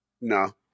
No